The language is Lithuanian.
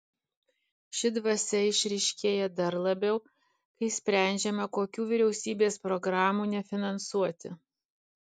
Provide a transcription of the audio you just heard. ši dvasia išryškėja dar labiau kai sprendžiama kokių vyriausybės programų nefinansuoti